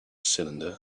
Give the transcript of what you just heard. cylinder